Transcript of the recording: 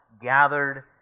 gathered